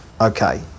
okay